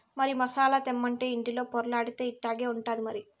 మరి మసాలా తెమ్మంటే ఇంటిలో పొర్లాడితే ఇట్టాగే ఉంటాది మరి